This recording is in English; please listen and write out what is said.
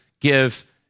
give